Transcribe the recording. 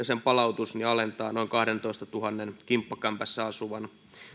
sen palautus alentaa noin kahdentoistatuhannen kimppakämpässä asuvan